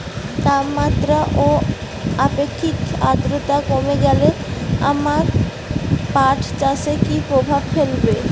তাপমাত্রা ও আপেক্ষিক আদ্রর্তা কমে গেলে আমার পাট চাষে কী প্রভাব ফেলবে?